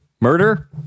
Murder